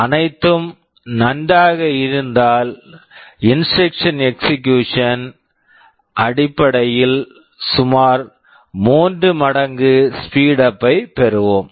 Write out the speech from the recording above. அனைத்தும் நன்றாக இருந்தால் இன்ஸ்ட்ரக்க்ஷன் எக்சிகியூஷன் instruction execution ன் அடிப்படையில் சுமார் 3 மடங்கு ஸ்பீடுஅப் speedup ஐப் பெறுவோம்